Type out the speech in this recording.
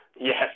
Yes